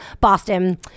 Boston